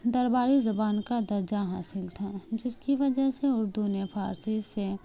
درباری زبان کا درجہ حاصل تھا جس کی وجہ سے اردو نے فارسی سے